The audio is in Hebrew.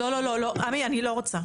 עמי, אני לא רוצה.